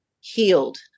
healed